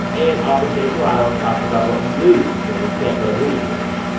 and author shea serrano talks about what we lose when we can't go to movie theaters,